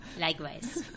Likewise